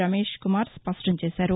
రమేష్ కుమార్ స్పష్టం చేశారు